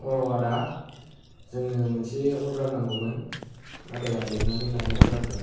अ आदा जोंनो मोनसे अर्दार नांगौमोन आदाया लिरनानै लानाय अर्दारखौ